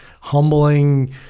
humbling